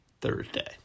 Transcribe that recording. Thursday